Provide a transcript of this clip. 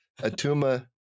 Atuma